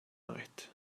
night